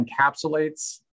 encapsulates